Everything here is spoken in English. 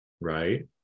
right